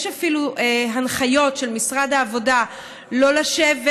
יש אפילו הנחיות של משרד העבודה לא לשבת